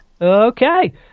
Okay